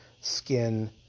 skin